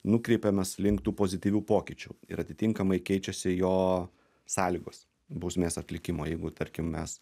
nukreipiamas link tų pozityvių pokyčių ir atitinkamai keičiasi jo sąlygos bausmės atlikimo jeigu tarkim mes